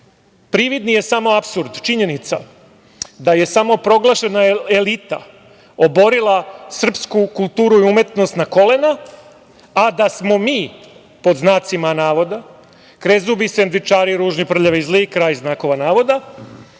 godina. Prividni je samo apsurd, činjenica da je samoproglašena elita oborila srpsku kulturu i umetnost na koleno, a da smo mi pod znacima navoda „krezubi sendvičari, ružni, prljavi, zli“, kraj znakova navoda.